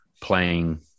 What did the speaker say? playing